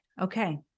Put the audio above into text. okay